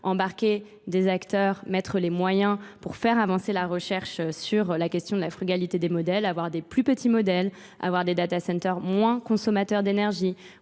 embarquer des acteurs, mettre les moyens pour faire avancer la recherche sur la question de la frugalité des modèles, avoir des plus petits modèles, avoir des data centers moins consommateurs d'énergie,